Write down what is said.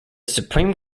supreme